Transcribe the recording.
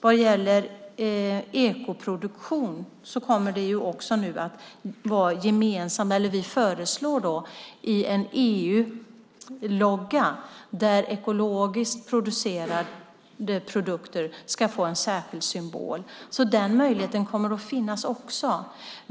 Vad gäller ekoproduktion föreslår vi en gemensam EU-logga. Ekologiskt producerade produkter ska få en särskild symbol. Den möjligheten kommer också att finnas.